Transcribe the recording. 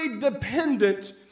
dependent